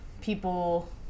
people